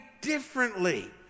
differently